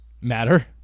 matter